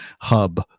hub